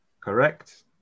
Correct